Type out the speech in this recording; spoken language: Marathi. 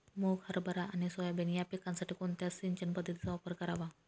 मुग, हरभरा आणि सोयाबीन या पिकासाठी कोणत्या सिंचन पद्धतीचा वापर करावा?